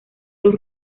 los